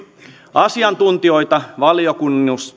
asiantuntijoita valiokunnassa